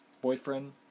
Boyfriend